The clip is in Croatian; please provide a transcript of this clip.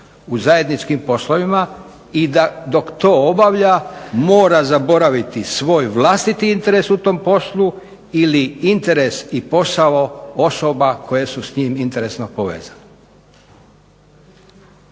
u zajedničkim poslovima i da dok to obavlja mora zaboraviti svoj vlastiti interes u tom poslu ili interes i posao osoba koje su s njim interesno povezane.